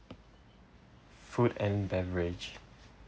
food and beverage